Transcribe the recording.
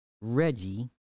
Reggie